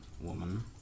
woman